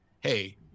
hey